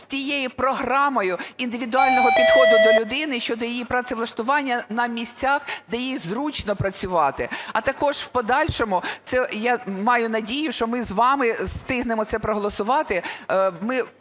з тією програмою індивідуального підходу до людини щодо її працевлаштування на місцях, де їй зручно працювати. А також в подальшому, я маю надію, що ми з вами встигнемо це проголосувати,